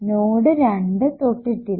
node 2 തൊട്ടിട്ടില്ല